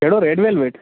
कहिड़ो red velvet